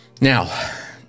Now